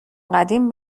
قدیم